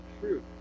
true